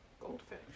goldfish